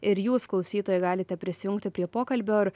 ir jūs klausytojai galite prisijungti prie pokalbio ir